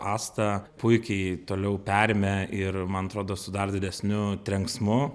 asta puikiai toliau perėme ir man atrodo su dar didesniu trenksmu